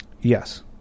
Yes